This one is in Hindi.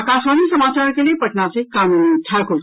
आकाशवाणी समाचार के लिए पटना से कामिनी ठाकुर